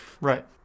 Right